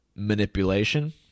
manipulation